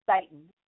Satan